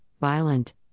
violent